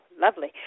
lovely